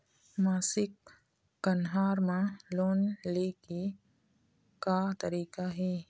मासिक कन्हार म लोन ले के का तरीका हे?